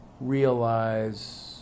realize